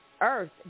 earth